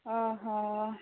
ଓହଃ